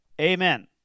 Amen